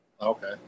Okay